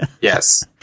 Yes